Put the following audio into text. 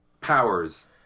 Powers